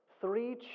three